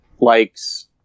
likes